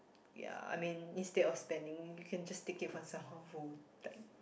ya I mean instead of spending you can just take it from someone who like